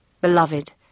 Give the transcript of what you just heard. beloved